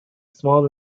small